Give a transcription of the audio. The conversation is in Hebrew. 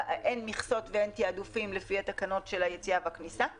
אין מכסות ואין תעדופים לפי התקנות של הכניסה והיציאה.